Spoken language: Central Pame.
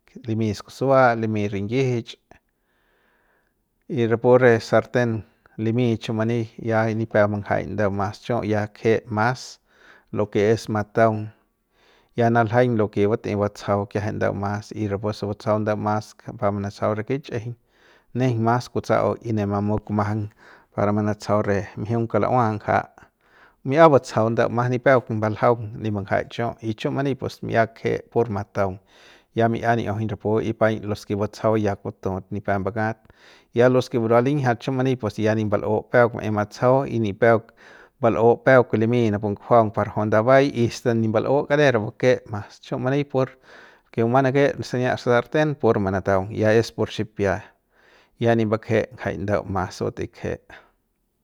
Limy skusua limy rinyijich y ra pu re sarten limy chu mani ya nipep mbanjaik ndeu mas chiu ya kje mas lo ke es mataung ya naljaiñ lo ke bat'ey batsajau ki'iajai ndeu mas y rapu se batsajau ndeu mas pa mantsajau re kichꞌijiñ njeiñ mas kutsa'au y ne mamu kumajang par manatsajau re mjiung kalaua ngja mi'ia batsajau ndeu mas nipep mbaljaung nip mbajaik chiu y chiu mani pues mi'ia kje'e pues pur mataung ya mi'ia ni'iujuñ rapu y paiñ los ke batsajau ya kutut nipep mbakat y ya los ke burua linjiat chiu mani pues ya nip mbal'u peuk maey matsajau y ni peuk bal'u peuk peuk pu limy napu ngujuaung par rajui ndabai asta nip mbal'u karer re vake mas chiu mani pur el ke bumang nake sania sarten pur manataung ya es pur xipia ya nip mbak'je jai ndeu mas se tei kje.